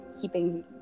keeping